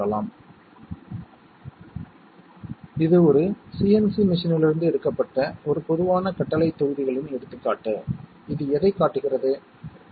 மேலும் டி மோர்கனின் விதிகள் மிகவும் பயனுள்ளதாக இருக்கும் எடுத்துக்காட்டாக ' A' AND B' மற்றும் பல